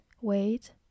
wait